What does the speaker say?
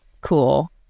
cool